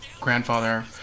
grandfather